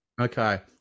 okay